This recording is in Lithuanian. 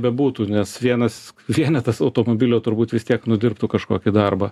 bebūtų nes vienas vienetas automobilio turbūt vis tiek nu dirbtų kažkokį darbą